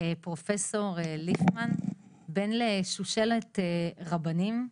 פרופסור ליפמן - בן לשושלת רבנים.